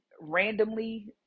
randomly